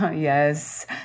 Yes